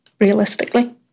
realistically